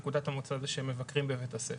נקודת המוצא זה שמבקרים בבית הספר,